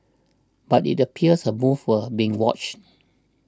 but it appears her moves were being watched